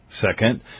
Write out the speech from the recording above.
Second